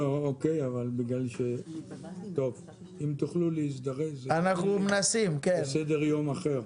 אם תוכלו להזדרז כי יש לי סדר יום אחר.